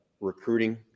Recruiting